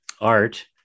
art